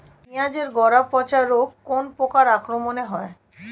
পিঁয়াজ এর গড়া পচা রোগ কোন পোকার আক্রমনে হয়?